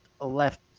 left